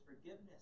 forgiveness